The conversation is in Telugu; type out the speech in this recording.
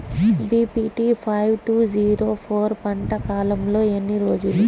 BPT five two zero four పంట కాలంలో ఎన్ని రోజులు?